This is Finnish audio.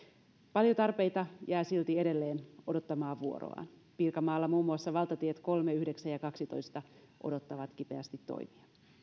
paljon tarpeita jää silti edelleen odottamaan vuoroaan pirkanmaalla muun muassa valtatiet kolme yhdeksän ja kaksitoista odottavat kipeästi toimia